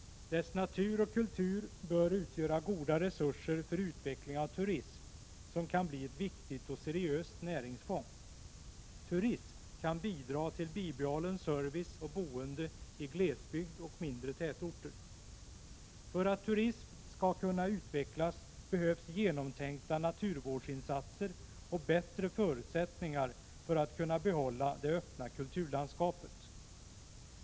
Dess natur och kultur bör utgöra goda resurser för utveckling av turism, som kan bli ett viktigt och seriöst näringsfång. Turism kan bidra till bibehållen service och boende i glesbygd och mindre tätorter. För att turism skall kunna utvecklas behövs genomtänkta naturvårdsinsatser och bättre förutsättningar för att kunna behålla det öppna kulturlandskapet.